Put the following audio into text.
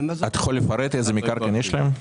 אתה יכול לפרט איזה מקרקעין יש להם?